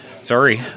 sorry